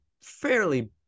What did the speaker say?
fairly